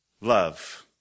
love